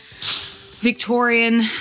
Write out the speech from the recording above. Victorian